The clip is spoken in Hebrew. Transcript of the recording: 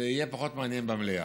יהיה פחות מעניין במליאה,